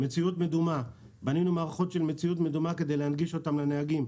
מציאות מדומה בנינו מערכות של מציאות מדומה כדי להנגיש אותם לנהגים,